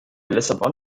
lissabon